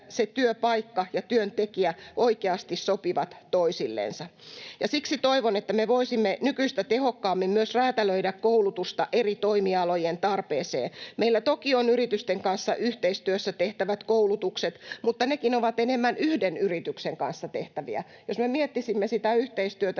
se työpaikka ja työntekijä oikeasti sopivat toisillensa. Siksi toivon, että me voisimme nykyistä tehokkaammin myös räätälöidä koulutusta eri toimialojen tarpeeseen. Meillä toki on yritysten kanssa yhteistyössä tehtävät koulutukset, mutta nekin ovat enemmän yhden yrityksen kanssa tehtäviä. Jos me miettisimme sitä yhteistyötä